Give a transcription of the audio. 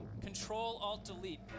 Control-Alt-Delete